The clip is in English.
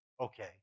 Okay